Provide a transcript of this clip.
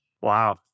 Wow